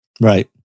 Right